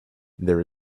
there